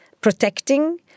protecting